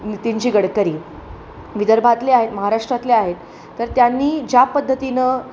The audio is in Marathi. नितीनजी गडकरी विदर्भातले आहेत महाराष्ट्रातले आहेत तर त्यांनी ज्या पद्धतीनं